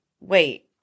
wait